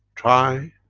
try